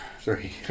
three